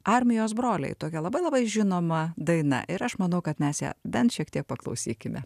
armijos broliai tokia labai labai žinoma daina ir aš manau kad mes ją bent šiek tiek paklausykime